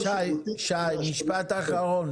שי, משפט אחרון.